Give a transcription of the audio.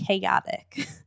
chaotic